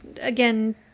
again